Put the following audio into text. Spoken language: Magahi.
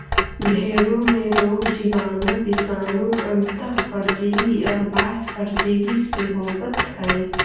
भेंड़ों में रोग जीवाणु, विषाणु, अन्तः परजीवी और बाह्य परजीवी से होवत हई